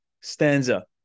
stanza